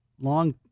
long